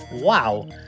Wow